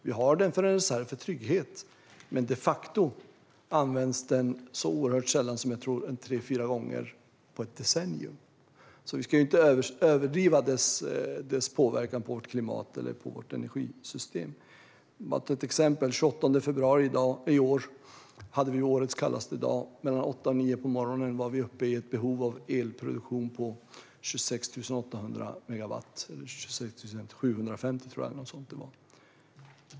Vi har den eftersom den är en reserv för trygghet, men de facto används den så oerhört sällan som tre fyra gånger, tror jag, på ett decennium. Vi ska inte överdriva dess påverkan på vårt klimat eller på vårt energisystem. Låt mig ta ett exempel. Den 28 februari i år hade vi årets kallaste dag. Mellan klockan åtta och nio på morgonen var vi uppe i ett behov av elproduktion på ca 26 750 megawatt.